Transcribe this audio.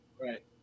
Right